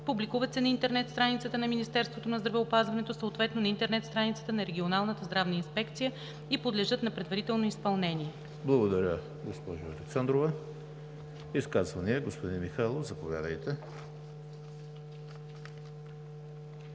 публикуват се на интернет страницата на Министерството на здравеопазването, съответно на интернет страницата на регионалната здравна инспекция и подлежат на предварително изпълнение.“ ПРЕДСЕДАТЕЛ ЕМИЛ ХРИСТОВ: Благодаря, госпожо Александрова. Изказвания? Господин Михайлов, заповядайте.